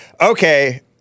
Okay